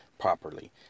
properly